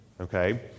okay